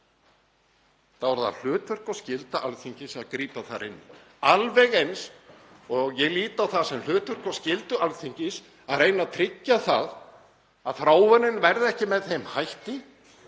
Þá er það hlutverk og skylda Alþingis að grípa þar inn alveg eins og ég lít á það sem hlutverk og skyldu Alþingis að reyna að tryggja það að þróunin verði ekki með þeim hætti